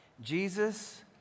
Jesus